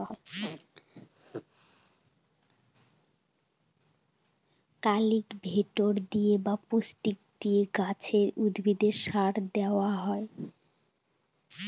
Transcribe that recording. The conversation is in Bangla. কাল্টিভেটর দিয়ে বা স্প্রে দিয়ে গাছে, উদ্ভিদে সার দেওয়া হয়